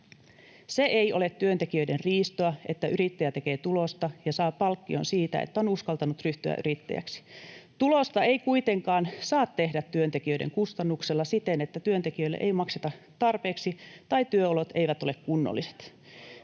Se ei ole työntekijöiden riistoa, että yrittäjä tekee tulosta ja saa palkkion siitä, että on uskaltanut ryhtyä yrittäjäksi. Tulosta ei kuitenkaan saa tehdä työntekijöiden kustannuksella siten, että työntekijöille ei makseta tarpeeksi tai työolot eivät ole kunnolliset.